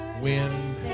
wind